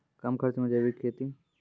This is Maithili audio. कम खर्च मे जैविक खेती?